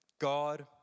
God